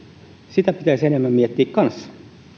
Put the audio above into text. sitä pitäisi enemmän miettiä kanssa